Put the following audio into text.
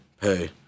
pay